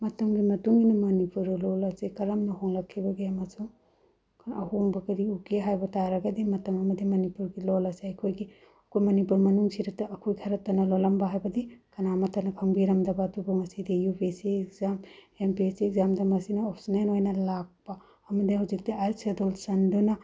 ꯃꯇꯝꯒꯤ ꯃꯇꯨꯡꯏꯟꯅ ꯃꯅꯤꯄꯨꯔꯤ ꯂꯣꯟ ꯑꯁꯦ ꯀꯔꯝꯅ ꯍꯣꯡꯂꯛꯈꯤꯕꯒꯦ ꯑꯃꯁꯨꯡ ꯈꯔ ꯑꯍꯣꯡꯕ ꯀꯔꯤ ꯎꯒꯦ ꯍꯥꯏꯕ ꯇꯥꯔꯒꯗꯤ ꯃꯇꯝ ꯑꯃꯗꯤ ꯃꯅꯤꯄꯨꯔꯒꯤ ꯂꯣꯟ ꯑꯁꯦ ꯑꯩꯈꯣꯏꯒꯤ ꯑꯩꯈꯣꯏ ꯃꯅꯤꯄꯨꯔ ꯃꯅꯨꯡꯁꯤꯗꯇ ꯑꯩꯈꯣꯏ ꯈꯔꯇꯅ ꯂꯣꯟꯂꯝꯕ ꯍꯥꯏꯕꯗꯤ ꯀꯅꯥꯃꯠꯇꯅ ꯈꯪꯕꯤꯔꯝꯗꯕ ꯑꯗꯨꯕꯨ ꯉꯁꯤꯗꯤ U P S C exam M P S C ꯑꯦꯛꯖꯥꯝꯗ ꯃꯁꯤꯅ ꯑꯣꯞꯁꯟꯅꯦꯜ ꯑꯣꯏꯅ ꯂꯥꯛꯄ ꯑꯃꯗꯤ ꯍꯧꯖꯤꯛꯇꯤ ꯑꯥꯏꯠ ꯁꯦꯗꯨꯜ ꯆꯟꯗꯨꯅ